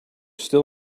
still